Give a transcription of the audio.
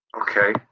Okay